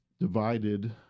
divided